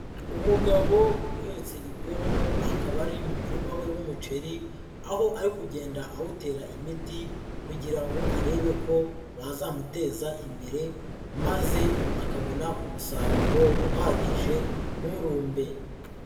Umugabo uhetse ipombo, akaba ari mu murima we w'umuceri, aho ari kugenda awutera imiti kugira ngo arebe ko wazamuteza imbere maze akabona umusaruro uhagije nturumbe.